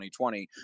2020